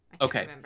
Okay